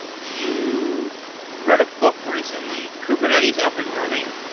you wrote a book recently, kubernetes up and running.